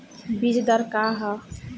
बीज दर का वा?